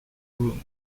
room